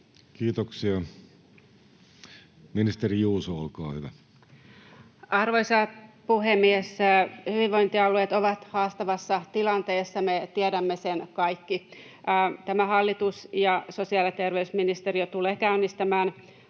Kalli kesk) Time: 16:37 Content: Arvoisa puhemies! Hyvinvointialueet ovat haastavassa tilanteessa — me tiedämme sen kaikki. Tämä hallitus ja sosiaali- ja terveysministeriö tulevat käynnistämään